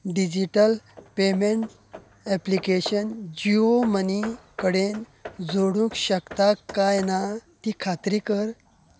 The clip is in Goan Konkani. digital payment application Jio money कडेन जोडूंक शकता कांय ना ती खात्री कर